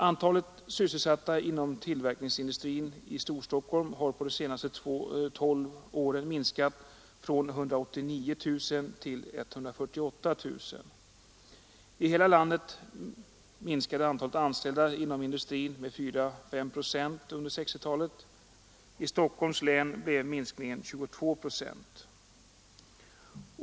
Antalet sysselsatta inom tillverkningsindustrin i Storstockholm har på de senaste 12 åren minskat från 189 000 till 148 000. I hela landet minskade antalet anställda inom industrin med 4—5 procent under 1960-talet. I Stockholms län blev minskningen 22 procent.